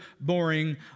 boring